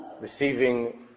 receiving